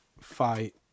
fight